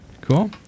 Cool